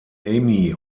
amy